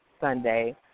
Sunday